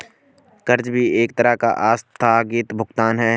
कर्ज भी एक तरह का आस्थगित भुगतान है